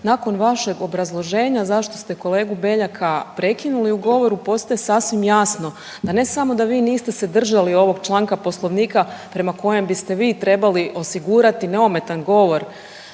Nakon vašeg obrazloženja zašto ste kolegu Beljaka prekinuli u govoru, postaje sasvim jasno, da ne samo da vi niste se držali ovog članka Poslovnika prema kojem biste vi trebali osigurati neometan govor